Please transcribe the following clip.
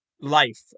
life